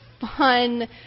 fun